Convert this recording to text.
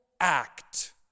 act